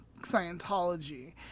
Scientology